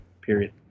Period